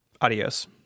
adios